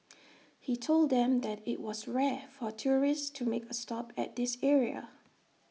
he told them that IT was rare for tourists to make A stop at this area